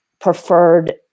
preferred